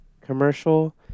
commercial